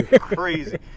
Crazy